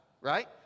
right